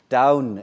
down